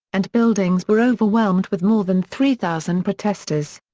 and buildings were overwhelmed with more than three thousand protesters.